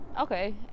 Okay